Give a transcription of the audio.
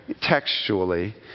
textually